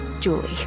Julie